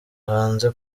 hanze